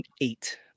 eight